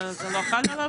זה לא חל עליו.